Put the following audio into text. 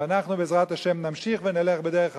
ואנחנו, בעזרת השם, נמשיך ונלך בדרך התורה,